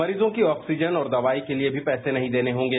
मरीजों को ऑक्सीजन और दवाई के लिए भी पैसे नहीं देने हॉगे